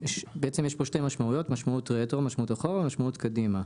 בעצם יש כאן שתי משמעויות: משמעות אחורה ומשמעות קדימה.